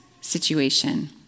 situation